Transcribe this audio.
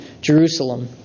Jerusalem